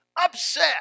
upset